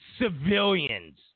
civilians